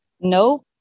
No